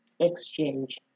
Exchange